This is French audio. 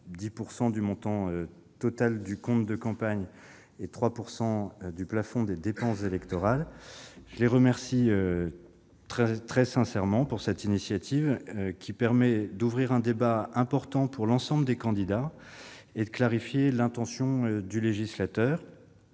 10 % du montant total du compte de campagne et à 3 % du plafond des dépenses électorales. Je les remercie très sincèrement de cette initiative, qui permet d'ouvrir un débat important pour l'ensemble des candidats et de clarifier l'intention du législateur.